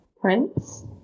Prince